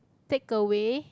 takeaway